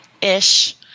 ish